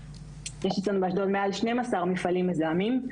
יש אצלנו באשדוד מעל 12 מפעלים מזהמים.